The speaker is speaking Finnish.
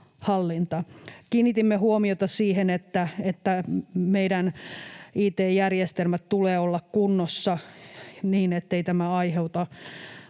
Kiinnitimme huomiota siihen, että meidän it-järjestelmien tulee olla kunnossa, niin ettei tämä aiheuta